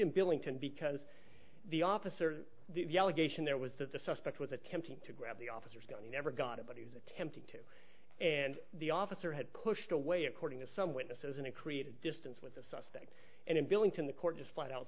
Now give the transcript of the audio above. in billington because the officer the allegation there was that the suspect was attempting to grab the officer's gun he never got it but he was attempting to and the officer had pushed away according to some witnesses and create a distance with a suspect in a billington the court just flat out